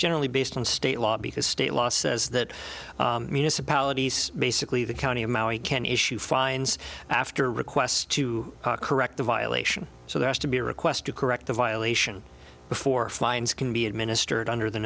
generally based on state law because state law says that municipalities basically the county of maui can issue fines after requests to correct the violation so there has to be a request to correct the violation before fines can be administered under the